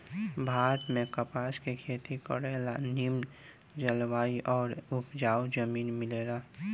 भारत में कपास के खेती करे ला निमन जलवायु आउर उपजाऊ जमीन मिलेला